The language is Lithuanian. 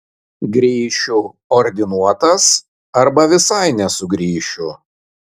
grįšiu ordinuotas arba visai nesugrįšiu